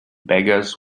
beggars